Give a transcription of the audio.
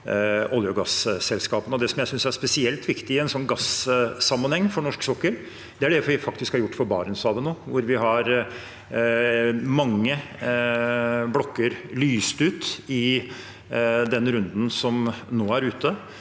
Det jeg synes er spesielt viktig i en sånn gassammenheng for norsk sokkel, er det vi har gjort for Barentshavet nå. Vi har lyst ut mange blokker i den runden som nå er ute,